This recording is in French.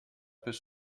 peut